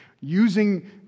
Using